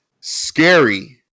scary